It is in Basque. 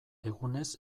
egunez